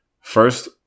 First